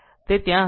તે ત્યાં હશે